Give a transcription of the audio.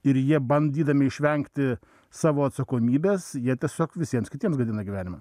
ir jie bandydami išvengti savo atsakomybės jie tiesiog visiems kitiems gadina gyvenimą